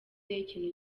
ikintu